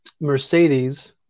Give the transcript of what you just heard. Mercedes